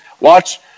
watch